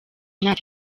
nta